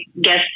guess